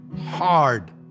hard